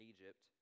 Egypt